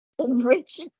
rich